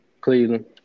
Cleveland